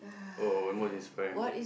oh and what his sparing book